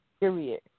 Period